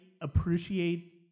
appreciate